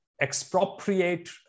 expropriate